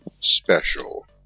special